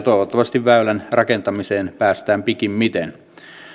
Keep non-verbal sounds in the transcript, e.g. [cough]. [unintelligible] toivottavasti väylän rakentamiseen päästään pikimmiten